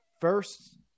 first